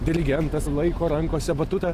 dirigentas laiko rankose batutą